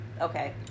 Okay